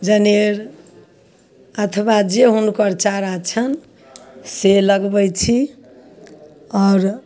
जनेर अथवा जे हुनकर चारा छनि से लगबय छी आओर